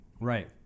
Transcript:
Right